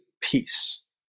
peace